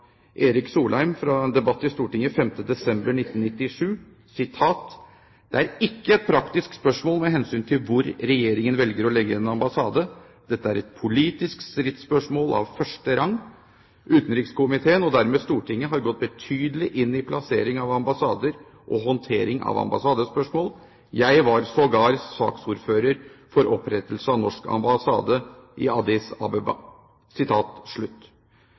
Erik Solheim, fra en debatt under Referat 5. desember 1997: «Dette er ikke et praktisk spørsmål med hensyn til hvor Regjeringen velger å legge en ambassade, dette er et politisk stridsspørsmål av første rang.» Videre sa han at «utenrikskomiteen, og dermed Stortinget, har gått betydelig inn i plassering av ambassader og håndtering av ambassadespørsmål. Jeg var sågar saksordfører for opprettelse av norsk ambassade i Addis Abeba».